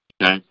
Okay